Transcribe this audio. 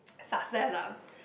success lah